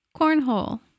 Cornhole